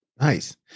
Nice